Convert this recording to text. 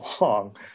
Long